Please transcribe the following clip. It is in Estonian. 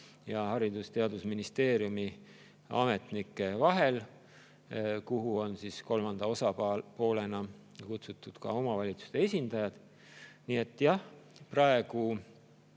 ja Teadusministeeriumi ametnike vahel, kuhu siis kolmanda osapoolena on kutsutud ka omavalitsuste esindajad. Nii et jah,